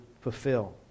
fulfill